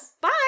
bye